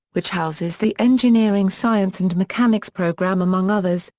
which houses the engineering science and mechanics program among others,